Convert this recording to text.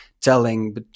telling